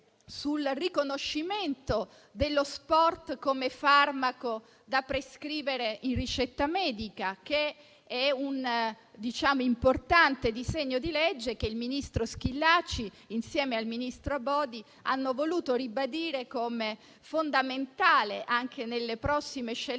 sul riconoscimento dello sport come farmaco da prescrivere in ricetta medica. Si tratta di un provvedimento importante, che il ministro Schillaci, insieme al ministro Abodi, ha voluto ribadire come fondamentale anche nelle prossime scelte